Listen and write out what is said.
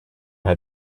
had